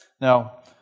Now